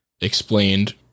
explained